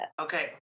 Okay